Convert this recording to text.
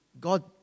God